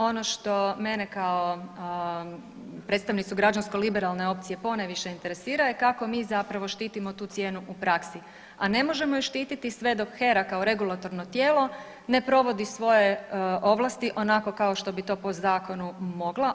Ono što mene kao predstavnicu Građansko-liberalne opcije ponajviše interesira je kako mi zapravo štitimo tu cijenu u praksi, a ne možemo ju štititi sve dok HERA kao regulatorno tijelo ne provodi svoje ovlasti onako kao što bi to po zakonu mogla.